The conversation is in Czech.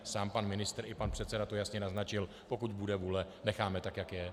Sám pan ministr i pan předseda to jasně naznačil pokud bude vůle, necháme tak, jak je.